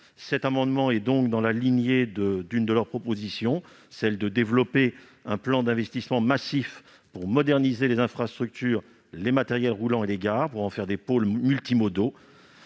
Cet amendement est dans la lignée de l'une de leurs propositions : développer un plan d'investissement massif pour moderniser les infrastructures, les matériels roulants et les gares afin d'en faire des pôles multimodaux.